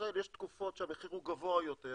שבישראל יש תקופות שהמחיר גבוה יותר,